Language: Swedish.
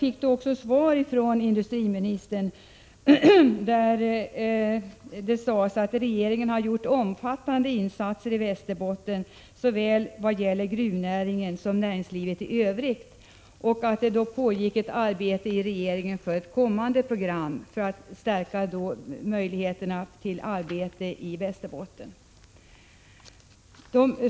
Industriministern sade då i sitt svar att regeringen har gjort omfattande insatser i Västerbotten för såväl gruvnäringen som näringslivet i övrigt och att det pågick ett arbete inom regeringen för ett kommande program för att stärka möjligheterna till arbete i Västerbotten.